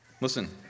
Listen